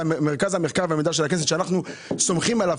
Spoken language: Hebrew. מרכז המידע של הכנסת שאנחנו סומכים עליו,